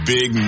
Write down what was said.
Big